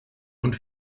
und